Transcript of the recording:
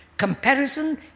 Comparison